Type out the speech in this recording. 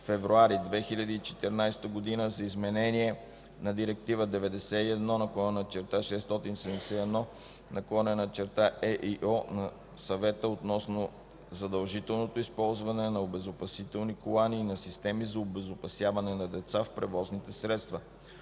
февруари 2014 г. за изменение на Директива 91/671/ЕИО на Съвета относно задължителното използване на обезопасителни колани и на системи за обезопасяване на деца в превозните средства.